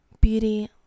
beauty